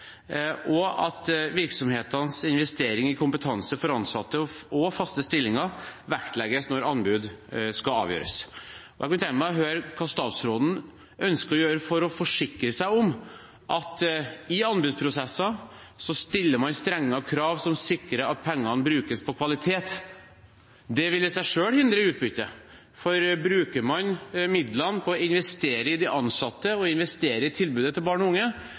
og at virksomhetenes investering i kompetanse for ansatte og faste stillinger vektlegges når anbud skal avgjøres. Jeg kunne tenke meg å høre hva statsråden ønsker å gjøre for å forsikre seg om at man i anbudsprosesser stiller mange strenge krav som sikrer at pengene brukes på kvalitet. Det vil i seg selv hindre utbytte, for bruker man midlene på å investere i de ansatte og i tilbudet til barn og unge,